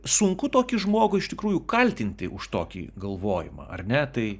sunku tokį žmogų iš tikrųjų kaltinti už tokį galvojimą ar ne tai